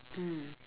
mm